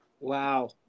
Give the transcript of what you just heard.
Wow